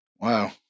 Wow